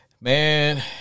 man